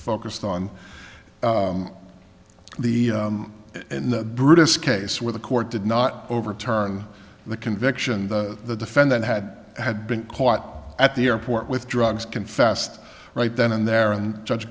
focused on the in the brutus case where the court did not overturn the conviction the defendant had had been caught at the airport with drugs confessed right then and there and judge